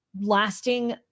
lasting